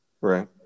Right